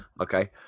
Okay